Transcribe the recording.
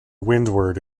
windward